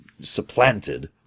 supplanted